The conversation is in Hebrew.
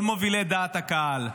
כל מובילי דעת הקהל,